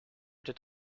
did